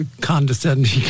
condescending